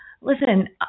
Listen